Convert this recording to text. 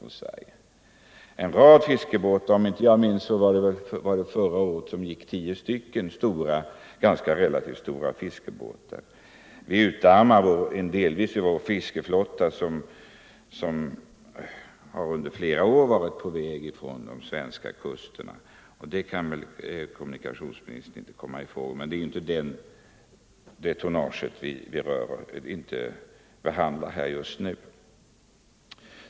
Om jag inte minns fel gick det förra året tio stycken ganska stora fiskebåtar dit. Vi utarmar delvis vår svenska fiskeflotta, som under flera år varit på väg från de svenska kusterna. Detta kan väl kommunikationsministern inte komma ifrån. Men det är inte det tonnaget vi behandlar just nu.